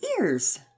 ears